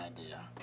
idea